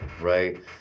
right